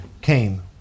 came